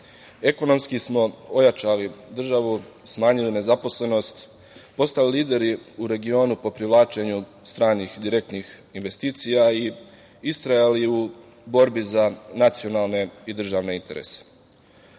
Ekonomski smo ojačali državu, smanjili nezaposlenost, postali lideri u regionu po privlačenju stranih direktnih investicija i istrajali u borbi za nacionalne i državne interese. Srbija